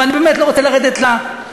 ואני באמת לא רוצה לרדת לבסיס